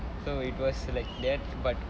so it was like that but